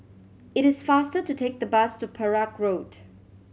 it is faster to take the bus to Perak Road